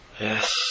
Yes